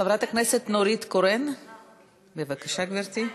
חברת הכנסת נורית קורן, בבקשה, גברתי.